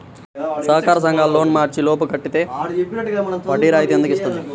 సహకార సంఘాల లోన్ మార్చి లోపు కట్టితే వడ్డీ రాయితీ ఎందుకు ఇస్తుంది?